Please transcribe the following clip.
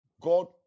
god